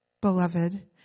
beloved